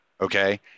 Okay